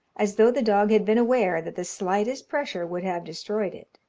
as though the dog had been aware that the slightest pressure would have destroyed it.